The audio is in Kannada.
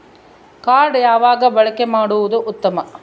ಕಾರ್ಡ್ ಯಾವಾಗ ಬಳಕೆ ಮಾಡುವುದು ಉತ್ತಮ?